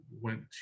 went